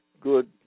Good